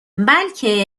بلکه